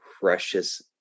precious